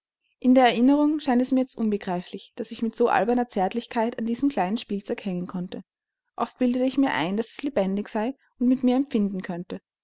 in der erinnerung scheint es mir jetzt unbegreiflich daß ich mit so alberner zärtlichkeit an diesem kleinen spielzeug hängen konnte oft bildete ich mir ein daß es lebendig sei und mit mir empfinden könnte